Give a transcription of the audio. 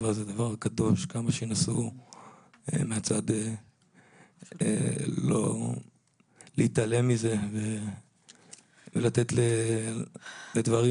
כמה שינסו מהצד להתעלם מזה ולתת לדברים